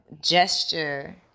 gesture